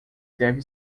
deve